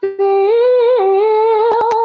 feel